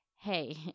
hey